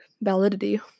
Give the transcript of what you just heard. Validity